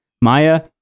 Maya